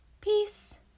Peace